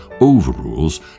overrules